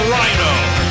Rhino